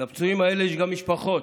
לפצועים האלה יש גם משפחות: